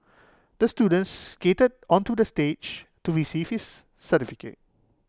the student skated onto the stage to receive his certificate